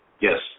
Yes